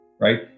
right